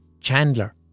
Chandler